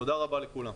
תודה רבה לכולם.